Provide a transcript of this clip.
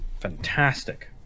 fantastic